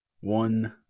one